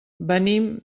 venim